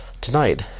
Tonight